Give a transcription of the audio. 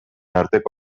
arteko